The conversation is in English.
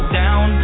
down